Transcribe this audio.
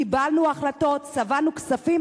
קיבלנו החלטות וצבענו כספים,